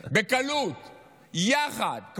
בקלות, יחד.